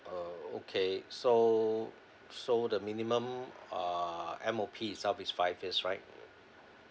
uh okay so so the minimum uh M_O_P itself is five years right